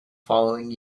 following